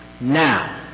now